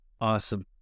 Awesome